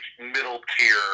middle-tier